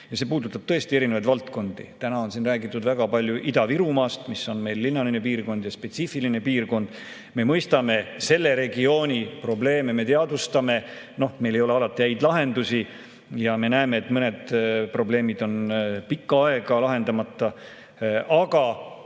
See puudutab tõesti erinevaid valdkondi. Täna on siin räägitud väga palju Ida-Virumaast, mis on meil linnaline ja spetsiifiline piirkond. Me mõistame selle regiooni probleeme, me teadvustame neid. Meil ei ole alati häid lahendusi ja me näeme, et mõned probleemid on pikka aega lahendamata. Ma